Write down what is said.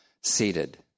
seated